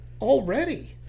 Already